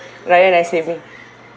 rather than saving